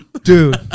Dude